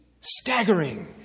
staggering